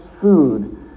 food